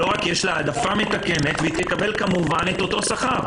לא רק שיש לה העדפה מתקנת אלא היא תקבל כמובן אותו שכר.